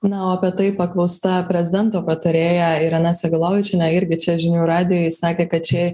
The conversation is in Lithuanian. na o apie tai paklausta prezidento patarėja irena segalovičienė irgi čia žinių radijui sakė kad čia